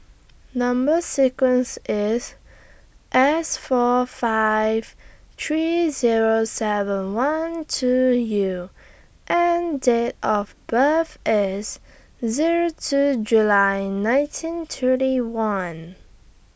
Number sequence IS S four five three Zero seven one two U and Date of birth IS Zero two July nineteen thirty one